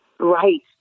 Right